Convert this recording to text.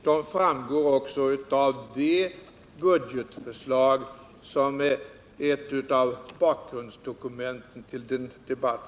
De framgår också av det budgetförslag som utgör en del av underlaget för dagens debatt.